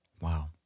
Wow